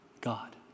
God